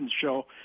show